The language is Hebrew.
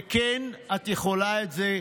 וכן, את יכולה את זה,